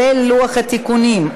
כולל לוח התיקונים,